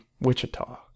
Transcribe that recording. Wichita